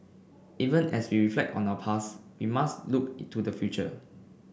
even as we reflect on our past we must look to the future